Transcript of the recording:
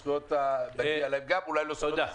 תודה.